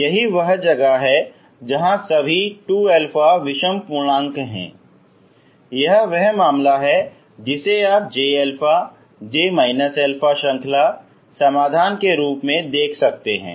यही वह जगह है जहां सभी 2α विषम पूर्णांक हैं यह वह मामला है जिसे आप Jα J α श्रृंखला समाधान के रूप में देख सकते हैं